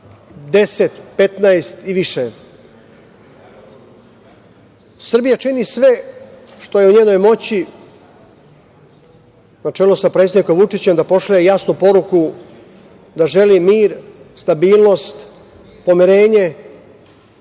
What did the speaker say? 10, 15 i više. Srbija čini sve što je u njenoj moći. Znači, ono sa predsednikom Vučićem, da pošalje jasnu poruku da želi mir, stabilnost, pomirenje